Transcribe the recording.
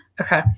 Okay